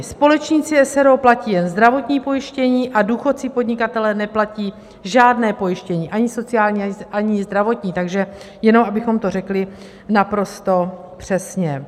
Společníci s. r. o. platí jen zdravotní pojištění a důchodci podnikatelé neplatí žádné pojištění, ani sociální, ani zdravotní, takže jenom abychom to řekli naprosto přesně.